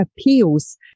appeals